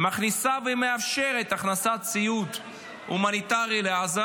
מכניסה ומאפשרת הכנסת ציוד הומניטרי לעזה?